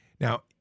now